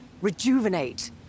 Rejuvenate